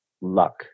Luck